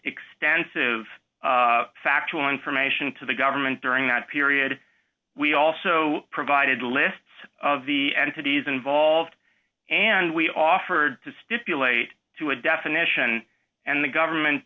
extensive factual information to the government during that period we also provided lists of the entities involved and we offered to stipulate to a definition and the